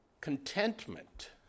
Contentment